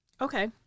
Okay